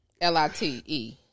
L-I-T-E